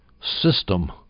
system